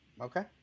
Okay